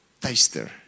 taster